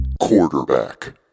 Quarterback